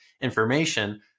information